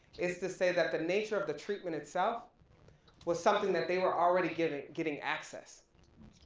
it's to say that the nature of the treatment itself was something that they were already getting, getting access,